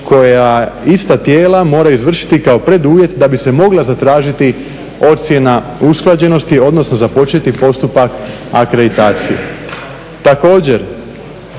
koja ista tijela moraju izvršiti kao preduvjet da bi se mogla zatražiti ocjena usklađenosti odnosno započeti postupak akreditacije. Također